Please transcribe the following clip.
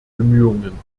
bemühungen